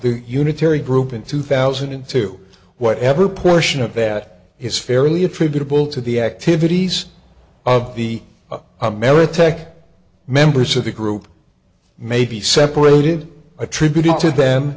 the unitary group in two thousand and two whatever portion of that has fairly attributable to the activities of the ameritech members of the group may be separated attributed to them